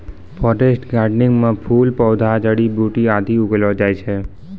forest gardening म फल फूल पौधा जड़ी बूटी आदि उगैलो जाय छै